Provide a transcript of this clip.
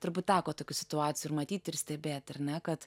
turbūt teko tokių situacijų ir matyti ir stebėti ar ne kad